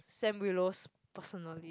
Sam Willows personally